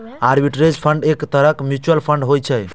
arbitrage fund एक तरहक mutual fund होइ छै